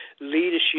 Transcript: leadership